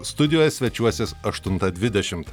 studijoje svečiuosis aštuntą dvidešimt